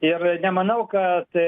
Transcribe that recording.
ir nemanau kad